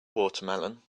watermelon